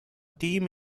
team